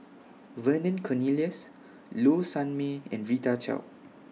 Vernon Cornelius Low Sanmay and Rita Chao